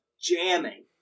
jamming